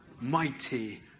Mighty